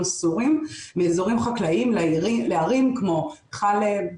סורים מאזורים חקלאיים לערים כמו חאלב,